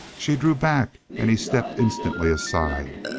she drew back, and he stepped instantly aside.